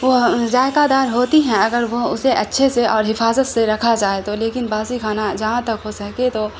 وہ ذائقہ دار ہوتی ہیں اگر وہ اسے اچھے سے اور حفاظت سے رکھا جائے تو لیکن باسی کھانا جہاں تک ہو سکے تو